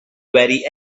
very